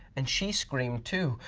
and she screamed too.